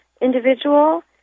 individual